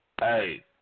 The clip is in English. hey